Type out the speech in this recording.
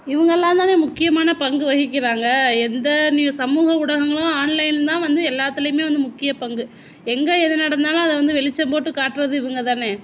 இவங்கள்லாம் தானே முக்கியமான பங்கு வகிக்கிறாங்க எந்த நியூ சமூக ஊடகங்களும் ஆன்லைனில்தான் வந்து எல்லாத்துலேயுமே வந்து முக்கியப் பங்கு எங்கே எது நடந்தாலும் அதை வந்து வெளிச்சம் போட்டுக் காட்டுறது இவங்க தானே